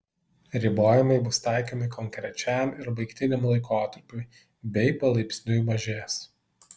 ribojimai bus taikomi konkrečiam ir baigtiniam laikotarpiui bei palaipsniui mažės